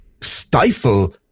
stifle